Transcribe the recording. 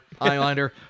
eyeliner